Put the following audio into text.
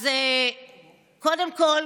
אז קודם כול,